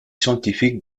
scientifiques